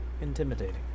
intimidating